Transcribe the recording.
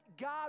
God